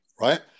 right